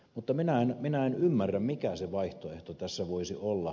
mutta minä en ymmärrä mikä se vaihtoehto tässä voisi olla